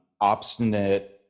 obstinate